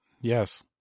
Yes